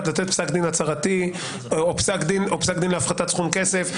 לתת פסק דין הצהרתי או פסק דין להפחתת סכום כסף.